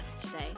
today